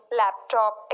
laptop